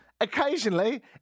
occasionally